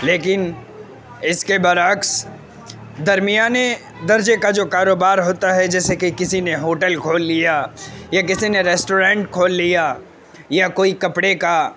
لیکن اس کے برعکس درمیان درجے کا جو کاروبار ہوتا ہے جیسے کہ کسی نے ہوٹل کھول لیا یا کسی نے ریسٹورینٹ کھول لیا یا کوئی کپڑے کا